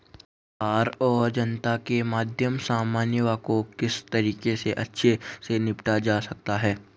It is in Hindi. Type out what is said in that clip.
सरकार और जनता के मध्य समन्वय को किस तरीके से अच्छे से निपटाया जा सकता है?